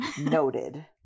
Noted